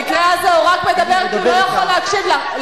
אבל במקרה הזה הוא רק מדבר כי הוא לא יכול להקשיב לך.